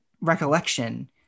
recollection